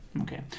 Okay